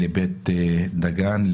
לבית דגן,